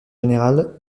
général